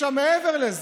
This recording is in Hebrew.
מעבר לזה,